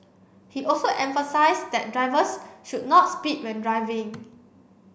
he also emphasised that drivers should not speed when driving